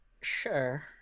sure